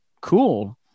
Cool